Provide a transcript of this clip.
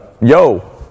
yo